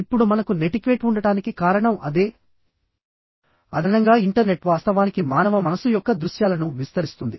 ఇప్పుడు మనకు నెటిక్వేట్ ఉండటానికి కారణం అదే అదనంగా ఇంటర్నెట్ వాస్తవానికి మానవ మనస్సు యొక్క దృశ్యాలను విస్తరిస్తుంది